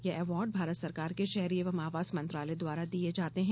यह अवार्ड भारत सरकार के शहरी एवं आवास मंत्रालय द्वारा दिये जाते हैं